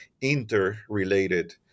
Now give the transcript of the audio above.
interrelated